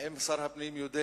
האם שר הפנים יודע?